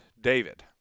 David